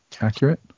accurate